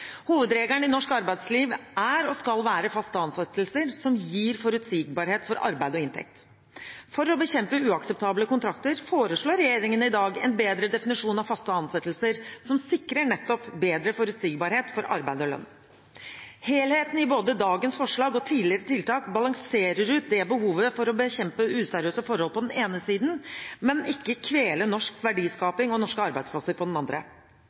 Hovedregelen i norsk arbeidsliv er og skal være faste ansettelser som gir forutsigbarhet for arbeid og inntekt. For å bekjempe uakseptable kontrakter foreslår regjeringen i dag en bedre definisjon av faste ansettelser – som sikrer nettopp bedre forutsigbarhet for arbeid og lønn. Helheten i både dagens forslag og tidligere tiltak balanserer ut behovet for å bekjempe useriøse forhold på den ene siden, men ikke kvele norsk verdiskaping og norske arbeidsplasser på den andre.